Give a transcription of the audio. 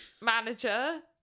manager